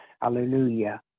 Hallelujah